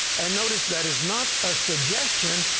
and notice that is not a suggestion.